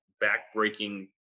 back-breaking